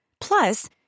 Plus